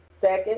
Second